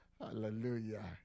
Hallelujah